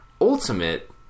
ultimate